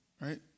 right